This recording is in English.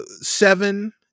Seven